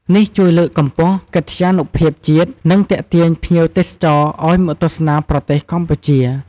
នេះជួយលើកកម្ពស់កិត្យានុភាពជាតិ និងទាក់ទាញភ្ញៀវទេសចរឱ្យមកទស្សនាប្រទេសកម្ពុជា។